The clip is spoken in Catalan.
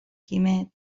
quimet